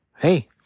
Hey